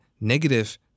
negative